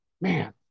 man